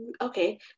okay